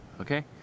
okay